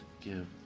give